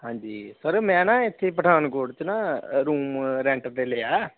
ਹਾਂਜੀ ਸਰ ਮੈਂ ਨਾ ਇੱਥੇ ਪਠਾਨਕੋਟ 'ਚ ਨਾ ਰੂਮ ਰੈਂਟ 'ਤੇ ਲਿਆ